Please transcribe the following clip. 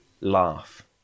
laugh